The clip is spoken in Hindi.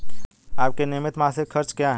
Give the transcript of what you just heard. आपके नियमित मासिक खर्च क्या हैं?